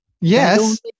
yes